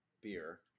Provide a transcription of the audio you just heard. beer